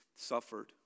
Suffered